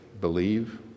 believe